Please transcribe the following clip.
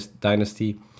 dynasty